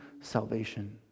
salvation